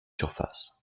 surfaces